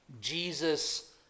Jesus